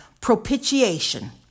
propitiation